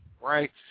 right